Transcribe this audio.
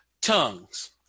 Tongues